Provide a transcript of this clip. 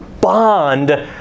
bond